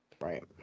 Right